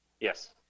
Yes